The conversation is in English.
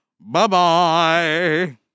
Bye-bye